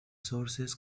sources